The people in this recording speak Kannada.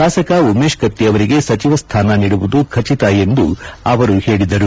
ಶಾಸಕ ಉಮೇಶ್ ಕತ್ತಿ ಅವರಿಗೆ ಸಚಿವ ಸ್ಥಾನ ನೀಡುವುದು ಖಚಿತ ಎಂದು ಹೇಳಿದರು